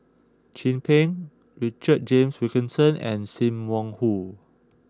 Chin Peng Richard James Wilkinson and Sim Wong Hoo